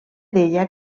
deia